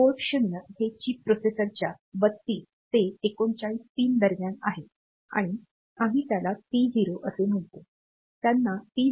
port 0 हे chip प्रोसेसरच्या 32 ते 39 पिन दरम्यान आहे आणि आम्ही त्याला पी 0 असे म्हणतो